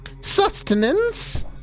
Sustenance